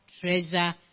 treasure